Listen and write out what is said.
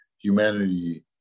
Humanity